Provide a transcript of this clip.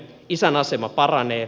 isän asema paranee